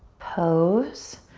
pose.